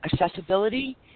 Accessibility